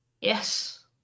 Yes